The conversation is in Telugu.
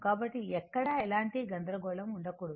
కాబట్టి ఎక్కడా ఎలాంటి గందరగోళం ఉండకూడదు